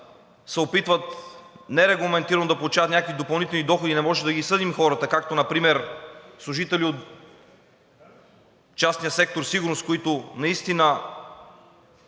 се опитват нерегламентирано да получават някакви допълнителни доходи? Не можем да ги съдим хората. Както например служители от частния сектор „Сигурност“, които наистина